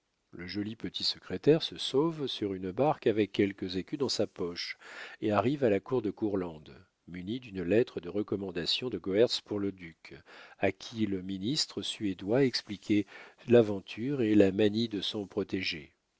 le joli petit secrétaire se sauve sur une barque avec quelques écus dans sa poche et arrive à la cour de courlande muni d'une lettre de recommandation de goërtz pour le duc à qui le ministre suédois expliquait l'aventure et la manie de son protégé